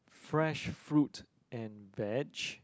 fresh fruit and vege